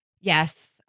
Yes